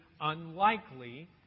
unlikely